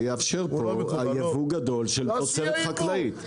זה יאפשר פה על יבוא גדול של תוצרת חקלאית.